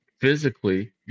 physically